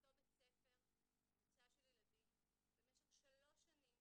באותו בית ספר קבוצה של ילדים במשך שלוש שנים